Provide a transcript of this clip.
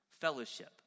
fellowship